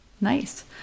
Nice